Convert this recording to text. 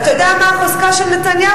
אתה יודע מה החוזקה של נתניהו?